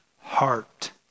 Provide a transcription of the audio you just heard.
heart